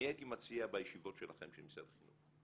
אני הייתי מציע בישיבות שלכם של משרד החינוך,